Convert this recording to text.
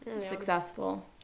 successful